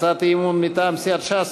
הצעת האי-אמון מטעם סיעת ש"ס,